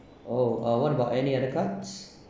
oh ah what about any other cards